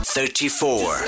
Thirty-four